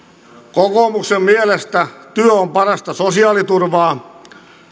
kokoomuksen mielestä työ on parasta sosiaaliturvaa